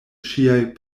ŝiaj